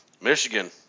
Michigan